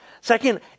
Second